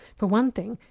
for one thing,